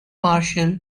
marshal